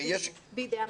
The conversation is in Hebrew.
בידי המחוזות.